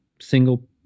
single